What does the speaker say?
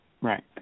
right